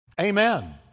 Amen